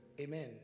Amen